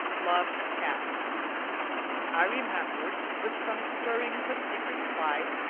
loved cats i remembered, with some stirrings of secret pride,